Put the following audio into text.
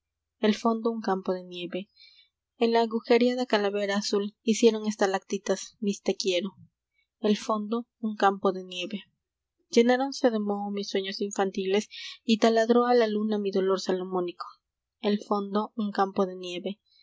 el fondo un campo de nieve en la agujereada calavera azul hicieron estalactitas mis te quiero el fondo un campo de nieve llenáronse de moho mis sueños infantiles y taladró a la luna mi dolor salomónico el fondo un campo de nieve